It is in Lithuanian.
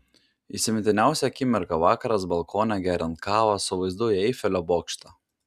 įsimintiniausia akimirka vakaras balkone geriant kavą su vaizdu į eifelio bokštą